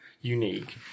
unique